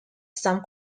some